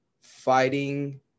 fighting